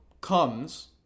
...comes